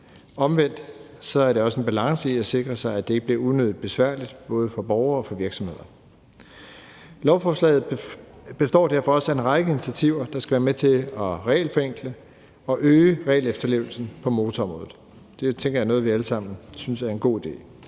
Omvendt er der også en balance i at sikre sig, at det ikke bliver unødigt besværligt, hverken for borgere eller for virksomheder. Lovforslaget består derfor også af en række initiativer, der skal være med til at regelforenkle og øge regelefterlevelsen på motorområdet. Det tænker jeg er noget, vi alle sammen synes er en god idé.